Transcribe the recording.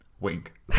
Wink